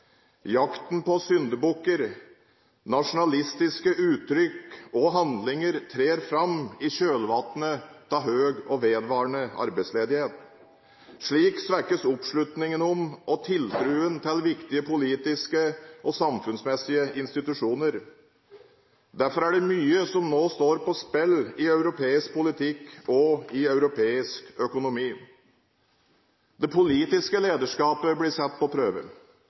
Jakten på syndebukker, nasjonalistiske uttrykk og handlinger trer fram i kjølvannet av høy og vedvarende arbeidsledighet. Slik svekkes oppslutningen om og tiltroen til viktige politiske og samfunnsmessige institusjoner. Derfor er det mye som nå står på spill i europeisk politikk og i europeisk økonomi. Det politiske lederskapet blir satt på